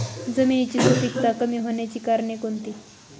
जमिनीची सुपिकता कमी होण्याची कारणे कोणती?